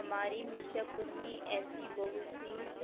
हमारी मिर्जापुर में ऐसी बहुत सी